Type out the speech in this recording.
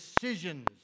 decisions